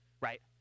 right